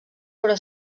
però